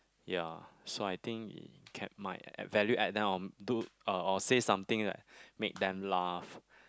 ya so I think can my value add on do uh or say something that make them laugh